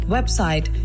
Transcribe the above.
Website